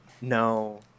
no